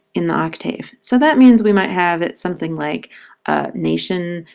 in the octave. so that means we might have something like nation,